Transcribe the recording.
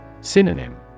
Synonym